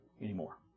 anymore